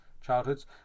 childhoods